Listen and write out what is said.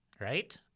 right